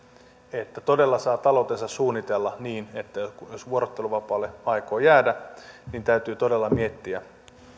että todella saa taloutensa suunnitella jos vuorotteluvapaalle aikoo jäädä niin täytyy todella miettiä